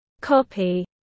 copy